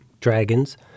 dragons